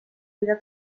vida